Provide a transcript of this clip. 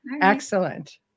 Excellent